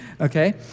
Okay